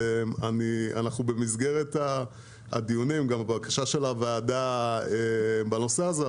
במסגרת הדיונים וגם הבקשה של הוועדה בנושא הזה,